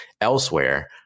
elsewhere